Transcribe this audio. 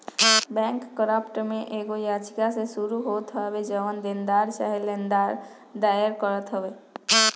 bankrupt में एगो याचिका से शुरू होत हवे जवन देनदार चाहे लेनदार दायर करत हवे